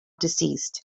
deceased